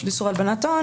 לרשות איסור הלבנת הון,